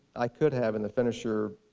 i could have, in the finisher,